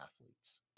athletes